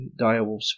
direwolves